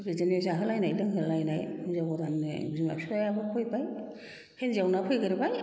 बिदिनो जाहोलायनाय लोंहोलायनाय हिन्जाव गोदाननो बिमा बिफायाबो फैबाय हिन्जावना फैगोरबाय